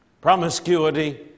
Promiscuity